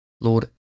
Lord